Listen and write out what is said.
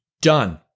Done